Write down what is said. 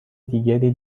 دیگری